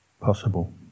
possible